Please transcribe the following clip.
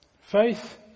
faith